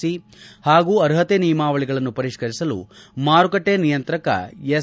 C ಹಾಗೂ ಅರ್ಹತೆ ನಿಯಮಾವಳಿಗಳನ್ನು ಪರಿಷ್ನರಿಸಲು ಮಾರುಕಟ್ಟೆ ನಿಯಂತ್ರಕ ಎಸ್